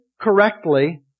correctly